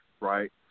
right